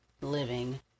living